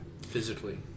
Physically